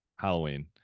Halloween